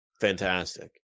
Fantastic